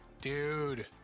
Dude